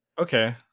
Okay